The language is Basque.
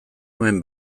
nuen